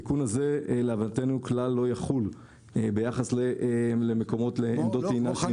התיקון הזה כלל לא יחול ביחס למקומות לעמדות טעינה שנמצאות --- לא,